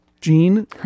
Jean